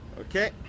Okay